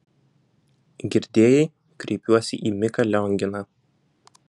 girdėjai kreipiuosi į miką lionginą